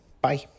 bye